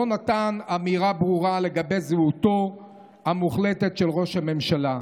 לא נתן אמירה ברורה לגבי זהותו המוחלטת של ראש הממשלה.